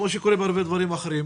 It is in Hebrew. כמו שקורה בהרבה דברים אחרים?